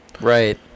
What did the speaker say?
Right